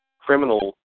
criminal